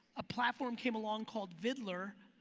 a platform came along called vidler,